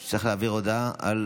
הוא צריך להעביר הודעת ממשלה.